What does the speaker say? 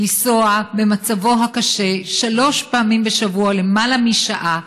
לנסוע במצבו הקשה שלוש פעמים בשבוע, למעלה משעה,